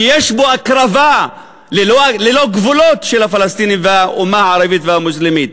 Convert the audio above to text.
שיש בו הקרבה ללא גבולות של הפלסטינים והאומה הערבית והמוסלמית,